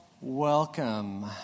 Welcome